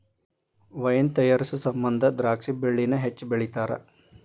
wine ತಯಾರಿಸು ಸಮಂದ ದ್ರಾಕ್ಷಿ ಬಳ್ಳಿನ ಹೆಚ್ಚು ಬೆಳಿತಾರ